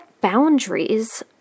boundaries